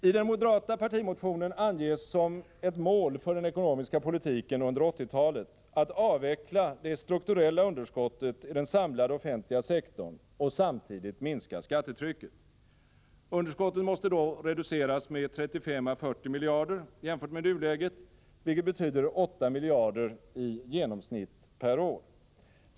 I den moderata partimotionen anges som ett mål för den ekonomiska politiken under 1980-talet att vi skall avveckla det strukturella underskottet i den samlade offentliga sektorn och samtidigt minska skattetrycket. Underskottet måste då reduceras med 35 å 40 miljarder kronor jämfört med nuläget, vilket betyder 8 miljarder i genomsnitt per år.